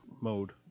mode